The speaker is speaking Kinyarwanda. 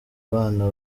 abana